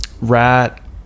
rat